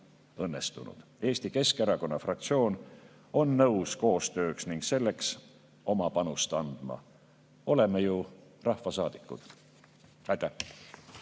õnnestunud. Eesti Keskerakonna fraktsioon on nõus koostööks, selleks oma panust andma, oleme ju rahvasaadikud. Aitäh!